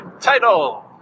title